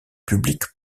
public